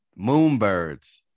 Moonbirds